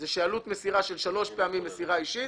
היא שעלות מסירה של שלוש פעמים מסירה אישית